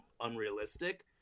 unrealistic